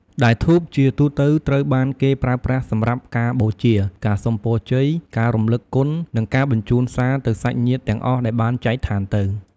ដែលធូបជាទូទៅត្រូវបានគេប្រើប្រាស់សម្រាប់ការបូជា ការសុំពរជ័យ ការរំលឹកគុណ និងការបញ្ជូនសារទៅសាច់ញាតិទាំងអស់ដែលបានចែកឋានទៅ។